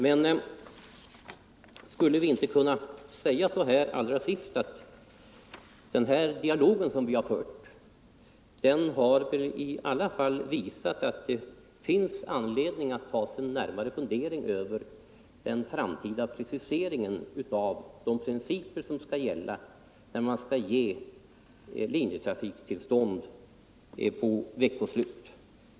Men skulle vi inte till sist bara kunna säga att den dialog som vi fört i alla fall har visat att det finns anledning att ta sig en närmare funderare på den framtida preciseringen av de principer som gäller för linjetrafiktillstånd för veckoslutstrafik?